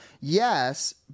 yes